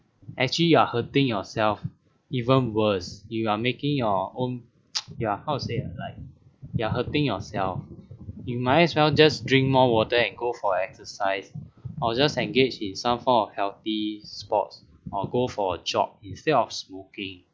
actually you are hurting yourself even worse you are making your own ya how to say ah like ya hurting yourself you might as well just drink more water and go for exercise or just engage in some form healthy sport or go for a jog instead of smoking